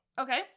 Okay